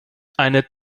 eine